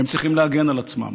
הם צריכים להגן על עצמם,